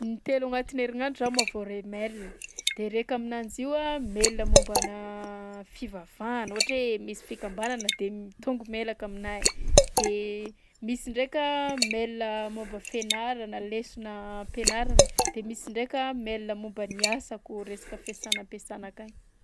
Intelo agnatin'ny herignandro zaho mahavoaray email de raika aminanjy io a mail mombanà fivavahana, ohatra hoe misy fikambanana de mitombo mailaka aminahy. De misy ndraika maila momba fianarana, lesona am-pianarana de misy ndraika maila momba ny asako, resaka fiasana am-piasana akagny.